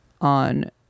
on